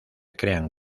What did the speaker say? crean